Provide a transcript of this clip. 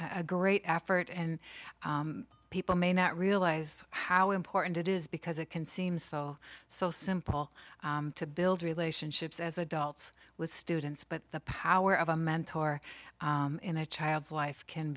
a great effort and people may not realize how important it is because it can seem so so simple to build relationships as adults with students but the power of a mentor in a child's life can